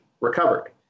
recovered